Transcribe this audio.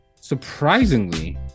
surprisingly